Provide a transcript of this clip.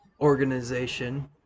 organization